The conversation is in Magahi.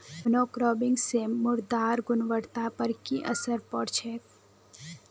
मोनोक्रॉपिंग स मृदार गुणवत्ता पर की असर पोर छेक